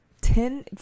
ten